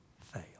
fail